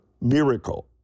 miracle